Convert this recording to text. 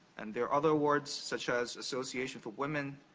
and there are other awards, such as association for women